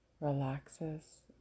relaxes